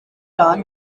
plan